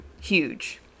huge